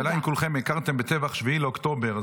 השאלה אם כולכם הכרתם בטבח 7 באוקטובר.